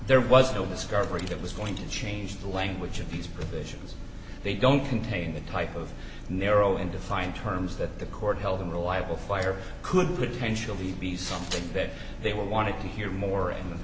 there was no discovery that was going to change the language of these provisions they don't contain the type of narrow and defined terms that the court held in reliable fire could potentially be something that they will want to hear more in the